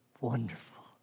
wonderful